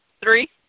three